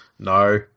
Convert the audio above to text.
No